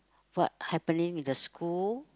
what I believe in the school